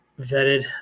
vetted